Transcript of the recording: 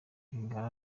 rwigara